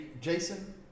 Jason